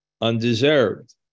undeserved